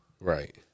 Right